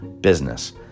business